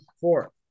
four